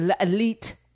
Elite